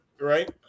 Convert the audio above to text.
right